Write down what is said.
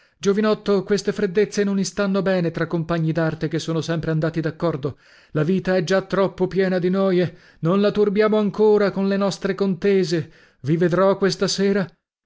giovinotto queste freddezza non istanno bene tra compagni d'arte che sono sempre andati d'accordo la vita è già troppo piena di noie non la turbiamo ancora con le nostre contese vi vedrò questa sera